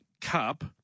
Cup